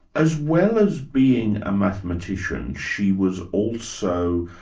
as well as being a mathematician, she was also